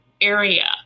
area